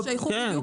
תשייכו בדיוק לסעיף.